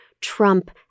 Trump